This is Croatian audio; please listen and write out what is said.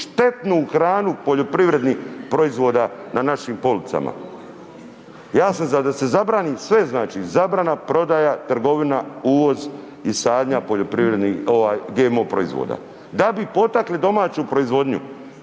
štetnu hranu poljoprivrednih proizvoda na našim policama. Ja sam za da se zabrani sve, znači zabrana prodaja, trgovina, uvoz i sadnja poljoprivrednih, ovaj, GMO proizvoda, da bi potakli domaću proizvodnju.